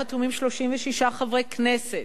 חתומים עליה 36 חברי כנסת,